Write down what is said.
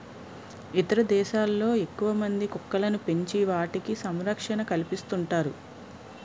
ఇతర దేశాల్లో ఎక్కువమంది కుక్కలను పెంచి వాటికి సంరక్షణ కల్పిస్తుంటారు